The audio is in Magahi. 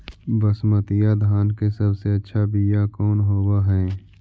बसमतिया धान के सबसे अच्छा बीया कौन हौब हैं?